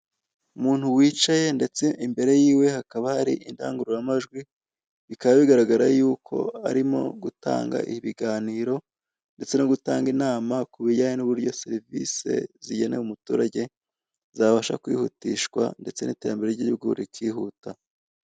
Umuntu wicaye ndetse imbere yiwe hakaba hari indangururamajwi, bikaba bigaragara yuko arimo gutanga ibiganiro ndetse no gutanga inama kubijyanye nuburyo serivise zigenewe umuturage zabasha kwihutishwa ndetse na iterambera ry'igihugu rikihuta.